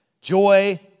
Joy